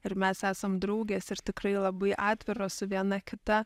ir mes esam draugės ir tikrai labai atviros viena kita